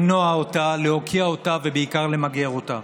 למנוע אותה, להוקיע אותה ובעיקר, למגר אותה.